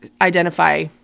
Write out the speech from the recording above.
identify